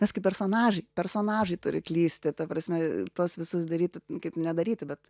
mes kaip personažai personažai turi klysti ta prasme tuos visus daryti kaip nedaryti bet